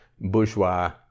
bourgeois